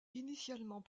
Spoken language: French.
initialement